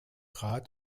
rat